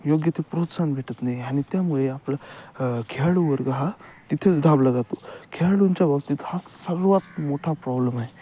योग्य ते प्रोत्साहन भेटत नाही आणि त्यामुळे आपलं खेळाडू वर्ग हा तिथेच दाबला जातो खेळाडूंच्या बाबतीत हा सर्वात मोठा प्रॉब्लेम आहे